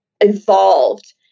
evolved